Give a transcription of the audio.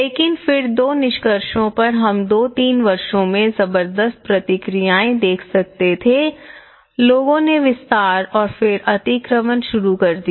लेकिन फिर दो निष्कर्षों पर हम दो तीन वर्षों में जबर्दस्त प्रतिक्रियाएं देख सकते थे लोगों ने विस्तार और फिर अतिक्रमण शुरू कर दिया